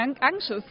anxious